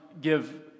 give